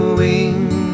wings